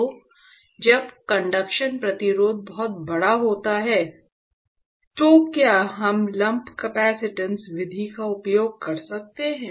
तो जब कंडक्शन प्रतिरोध बहुत बड़ा होता है तो क्या हम लम्प कपसिटंस विधि का उपयोग कर सकते हैं